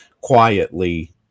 quietly